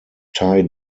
tie